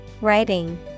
Writing